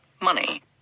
money